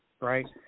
Right